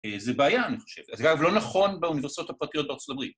‫זה בעיה, אני חושב. ‫זה, אגב לא נכון ‫באוניברסיטאות הפרטיות בארה״ב.